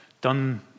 done